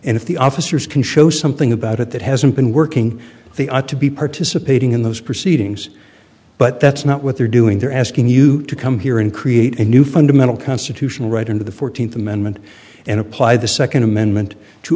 and if the officers can show something about it that hasn't been working the ought to be participating in those proceedings but that's not what they're doing they're asking you to come here and create a new fundamental constitutional right into the fourteenth amendment and apply the second amendment to